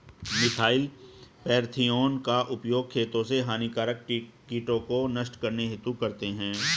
methyl parathion का उपयोग खेतों से हानिकारक कीटों को नष्ट करने हेतु करते है